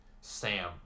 Sam